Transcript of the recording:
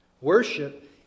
Worship